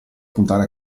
puntare